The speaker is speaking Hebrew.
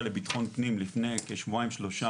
לביטחון הפנים לפני כשבועיים-שלושה,